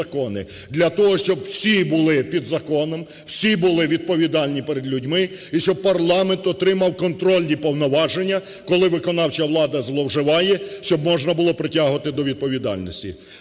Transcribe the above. для того, щоб всі були під законом, всі були відповідальні перед людьми і щоб парламент отримав контрольні повноваження, коли виконавча влада зловживає, щоб можна було притягувати до відповідальності.